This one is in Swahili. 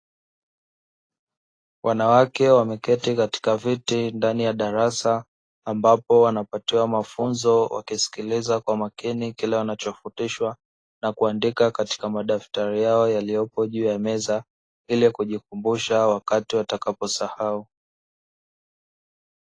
Wanawake wameketi katika viti ndani ya darasa ambapo wanapatiwa mafunzo wakisikiliza kwa makini kile wanachofundishwa na kuandika katika madaftari yao yaliyopo juu ya meza, ili kujikumbusha wakati watakaposahau.